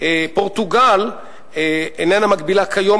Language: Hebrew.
פורטוגל איננה מגבילה כיום,